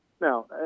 Now